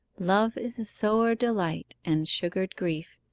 love is a sowre delight, and sugred griefe,